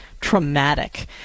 traumatic